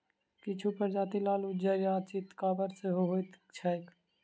किछु प्रजाति लाल, उज्जर आ चितकाबर सेहो होइत छैक